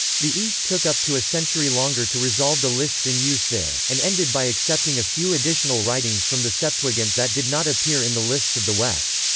the east took up to a century longer to resolve the lists in use there, and ended by accepting a few additional writings from the septuagint that did not appear in the lists of the west.